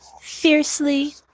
Fiercely